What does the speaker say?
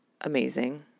amazing